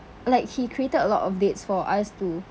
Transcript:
like he created a lot of dates for us to